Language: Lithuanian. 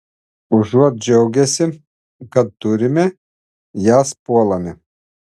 užuot džiaugęsi kad turime jas puolame